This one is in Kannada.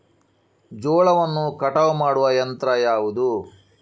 ಜೋಳವನ್ನು ಕಟಾವು ಮಾಡುವ ಯಂತ್ರ ಯಾವುದು?